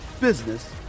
business